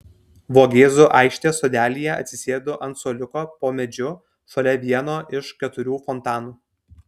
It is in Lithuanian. vogėzų aikštės sodelyje atsisėdu ant suoliuko po medžiu šalia vieno iš keturių fontanų